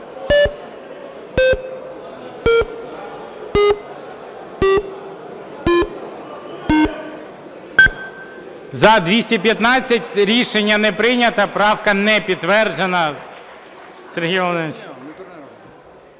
За-215 Рішення не прийнято. Правка не підтверджена.